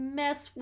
mess